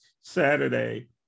saturday